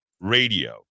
radio